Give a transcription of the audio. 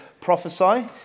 prophesy